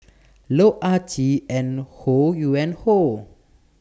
Loh Ah Chee and Ho Yuen Hoe